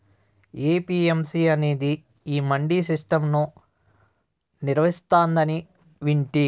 APMC అనేది ఈ mandi system ను నిర్వహిస్తాందని వింటి